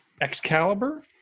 Excalibur